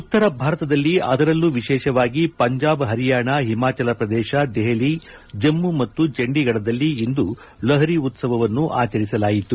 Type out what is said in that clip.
ಉತ್ತರ ಭಾರತದಲ್ಲಿ ಅದರಲ್ಲೂ ವಿಶೇಷವಾಗಿ ಪಂಜಾಬ್ ಪರಿಯಾಣ ಹಿಮಾಚಲ ಪ್ರದೇಶ ದೆಪಲಿ ಜಮ್ನು ಮತ್ತು ಚಂಢೀಗಡದಲ್ಲಿ ಇಂದು ಲೊಹರಿ ಉತ್ತವವನ್ನು ಆಚರಿಸಲಾಯಿತು